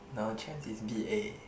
now a chance is b_a